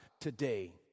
today